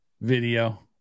video